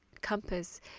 compass